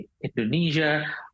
Indonesia